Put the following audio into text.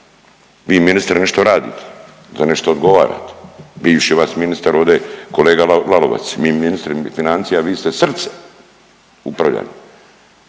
Vi, ministre, nešto radite. Za nešto odgovarate, bivši vas ministar ovde, kolega Lalovac, vi ministri financija, vi ste srce, upravljate,